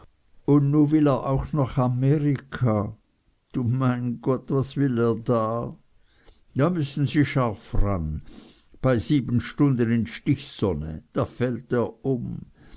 und nu will er auch noch nach amerika du mein gott was will er da da müssen sie scharf ran un bei sieben stunden in stichsonne da fällt er um